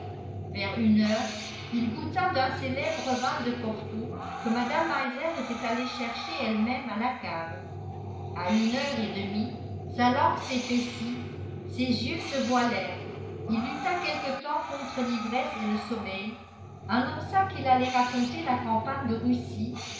vers une heure il goûta d'un célèbre vin de porto que mme meiser était allée chercher elle-même à la cave à une heure et demie sa langue s'épaissit ses yeux se voilèrent il lutta quelque temps contre l'ivresse et le sommeil annonça qu'il allait raconter la campagne de russie